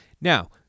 Now